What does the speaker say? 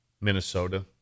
Minnesota